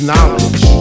Knowledge